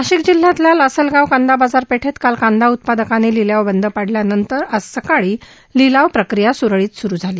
नाशिक जिल्ह्यातल्या लासलगाव कांदा बाजारपेठेत काल कांदा उत्पादकांनी लिलाव बंद पाडल्यानंतर आज सकाळी मात्र लिलाव प्रक्रिया सुरळीत सुरु झाली